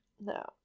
No